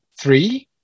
three